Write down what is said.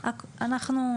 תקשיב,